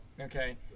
Okay